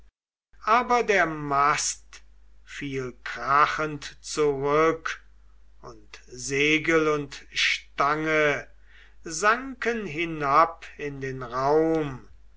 aber der mast fiel krachend zurück und segel und stange sanken hinab in den raum